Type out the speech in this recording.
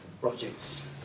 projects